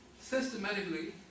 systematically